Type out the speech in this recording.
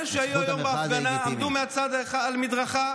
אלה שהיו היום בהפגנה עמדו בצד על המדרכה,